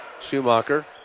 Schumacher